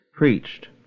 preached